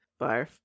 Barf